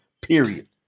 period